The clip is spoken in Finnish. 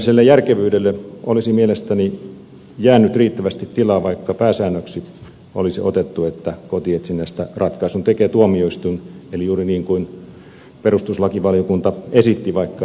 käytännölliselle järkevyydelle olisi mielestäni jäänyt riittävästi tilaa vaikka pääsäännöksi olisi otettu että kotietsinnästä ratkaisun tekee tuomioistuin eli juuri niin kuin perustuslakivaliokunta esitti vaikka ei vaatinut